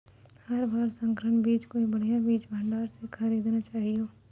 हर बार संकर बीज कोई बढ़िया बीज भंडार स हीं खरीदना चाहियो